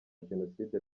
jenoside